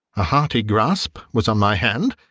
a hearty grasp was on my hand,